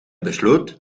besloot